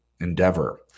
Endeavor